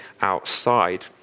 outside